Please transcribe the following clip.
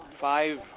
five